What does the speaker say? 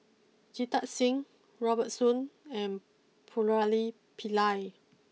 Jita Singh Robert Soon and Murali Pillai